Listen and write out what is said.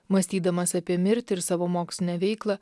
mąstydamas apie mirtį ir savo mokslinę veiklą